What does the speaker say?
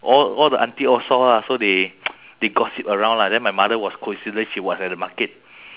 but I I understand lah she worried lah